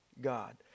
God